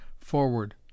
forward